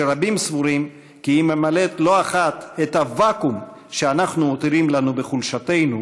שרבים סבורים כי היא ממלאת לא אחת את הוואקום שאנחנו מותירים בחולשתנו,